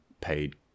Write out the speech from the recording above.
paid